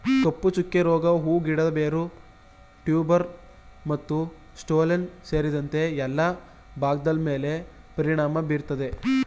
ಕಪ್ಪುಚುಕ್ಕೆ ರೋಗ ಹೂ ಗಿಡದ ಬೇರು ಟ್ಯೂಬರ್ ಮತ್ತುಸ್ಟೋಲನ್ ಸೇರಿದಂತೆ ಎಲ್ಲಾ ಭಾಗದ್ಮೇಲೆ ಪರಿಣಾಮ ಬೀರ್ತದೆ